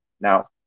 Now